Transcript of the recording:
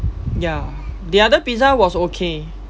ya the other pizza was okay